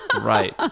Right